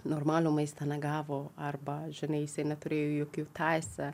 normalų maistą negavo arba žinai jisai neturėjo jokių teisę